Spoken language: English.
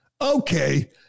Okay